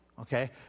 Okay